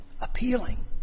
appealing